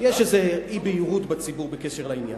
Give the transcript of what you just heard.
כי יש איזו אי-בהירות בציבור בקשר לעניין.